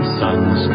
suns